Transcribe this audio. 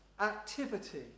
activity